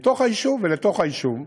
מתוך היישוב ולתוך היישוב,